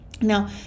Now